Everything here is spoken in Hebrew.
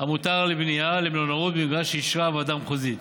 המותר לבנייה למלונאות במגרש שאישרה ועדה מחוזית.